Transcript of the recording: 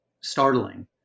startling